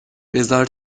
بذار